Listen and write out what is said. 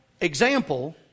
example